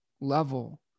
level